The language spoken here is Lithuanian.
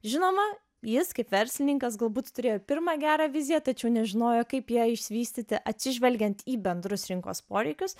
žinoma jis kaip verslininkas galbūt turėjo pirmą gerą viziją tačiau nežinojo kaip ją išvystyti atsižvelgiant į bendrus rinkos poreikius